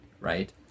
right